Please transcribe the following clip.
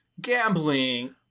gambling